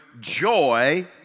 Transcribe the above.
joy